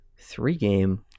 Three-game